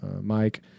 Mike